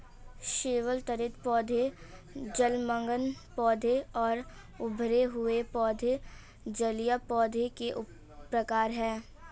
शैवाल, तैरते पौधे, जलमग्न पौधे और उभरे हुए पौधे जलीय पौधों के प्रकार है